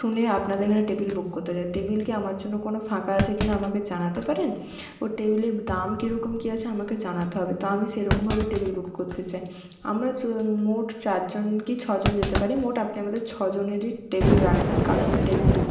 শুনে আপনাদের এখানে টেবিল বুক করতে চাই টেবিল কি আমার জন্য কোনো ফাঁকা আছে কি না আমাকে জানাতে পারেন ও টেবিলের দাম কী রকম কী আছে আমাকে জানাতে হবে তো আমি সেরকমভাবে টেবিল বুক করতে চাই আমরা মোট চারজন কি ছজন যেতে পারি মোট আপনি আমাদের ছজনেরই টেবিল রাখবেন কারণ আমি টেবিল বুক